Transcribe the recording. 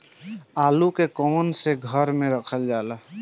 आलू के कवन से घर मे रखल जाला?